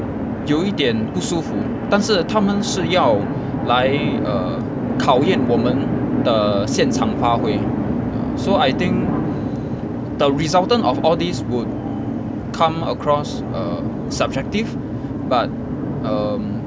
有一点不舒服但是他们是要来 err 考验我们的现场发挥 so I think the resultant of all these would come across err subjective but um